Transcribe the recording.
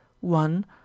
one